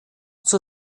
zur